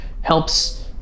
helps